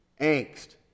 Angst